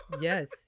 Yes